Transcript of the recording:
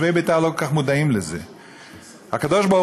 תושבי ביתר לא כל כך מודעים לזה.